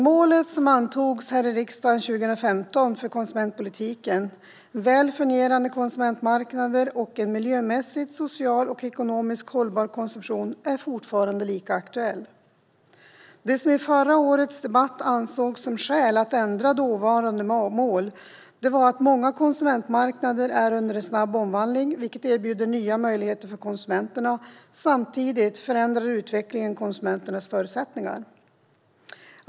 Målet för konsumentpolitiken om väl fungerande konsumentmarknader och en miljömässigt, socialt och ekonomiskt hållbar konsumtion, vilket antogs här i riksdagen 2015, är fortfarande lika aktuellt. Det som i förra årets debatt ansågs som skäl till att ändra dåvarande mål var att många konsumentmarknader är under snabb omvandling, vilket erbjuder nya möjligheter för konsumenterna. Samtidigt förändrar utvecklingen konsumenternas förutsättningar.